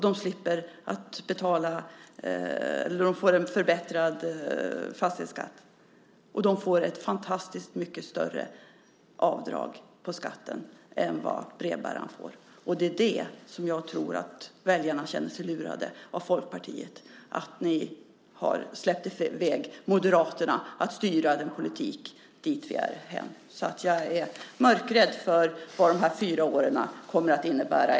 De får en förbättrad fastighetsskatt, och de får ett fantastiskt mycket större avdrag på skatten än vad brevbäraren får. Och det är här som jag tror att väljarna känner sig lurade av Folkpartiet. Ni har släppt iväg Moderaterna att styra politiken dithän vi är. Jag är mörkrädd när det gäller vad de här fyra åren kommer att innebära.